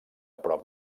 prop